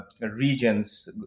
regions